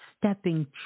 stepping